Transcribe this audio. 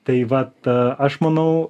tai vat aš manau